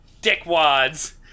dickwads